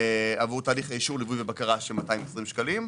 עבור תהליך האישור, ליווי ובקרה של 220 שקלים.